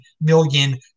million